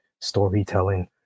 storytelling